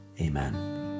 Amen